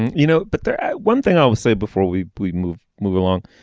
you know but there one thing i would say before we we move move along.